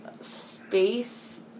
Space